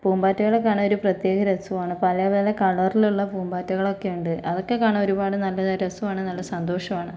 പൂമ്പാറ്റകളെ കാണാൻ ഒരു പ്രത്യേക രസമാണ് പല പല കളറിലുള്ള പൂമ്പാറ്റകളൊക്കെയുണ്ട് അതൊക്കെ കാണാൻ ഒരുപാട് നല്ല രസമാണ് നല്ല സന്തോഷമാണ്